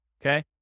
Okay